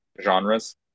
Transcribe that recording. genres